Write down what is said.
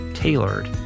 tailored